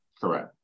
Correct